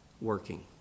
working